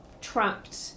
trapped